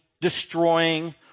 destroying